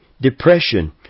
depression